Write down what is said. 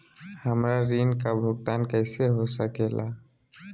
हमरा ऋण का भुगतान कैसे हो सके ला?